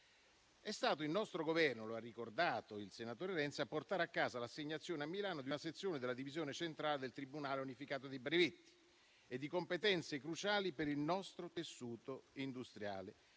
È stato il nostro Governo - come ha ricordato il senatore Renzi - a portare a casa l'assegnazione a Milano di una sezione della divisione centrale del Tribunale unificato europeo dei brevetti e di competenze cruciali per il nostro tessuto industriale.